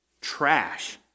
trash